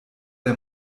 der